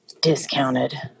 Discounted